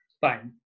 Fine